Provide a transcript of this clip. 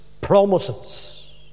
promises